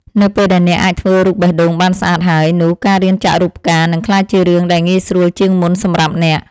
នៅពេលដែលអ្នកអាចធ្វើរូបបេះដូងបានស្អាតហើយ នោះការរៀនចាក់រូបផ្កានឹងក្លាយជារឿងដែលងាយស្រួលជាងមុនសម្រាប់អ្នក។